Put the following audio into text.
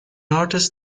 artist